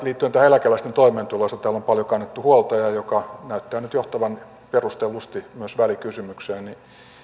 liittyen eläkeläisten toimeentuloon josta täällä on paljon kannettu huolta ja joka näyttää nyt johtavan perustellusti myös välikysymykseen